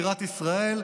בירת ישראל,